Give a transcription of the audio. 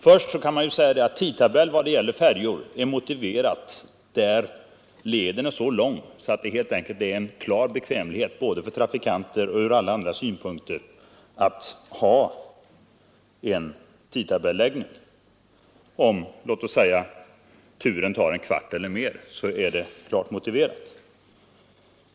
Tidtabellsreglerad trafik när det gäller färjor är motiverad där leden är så lång att en tidtabellsläggning av trafiken är bekväm för trafikanterna. Om turen tar en kvart eller mer är det klart motiverat.